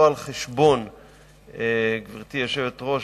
גברתי היושבת-ראש,